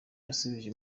yasubije